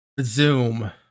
Zoom